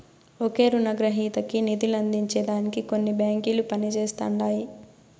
ఒకే రునగ్రహీతకి నిదులందించే దానికి కొన్ని బాంకిలు పనిజేస్తండాయి